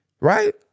right